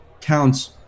counts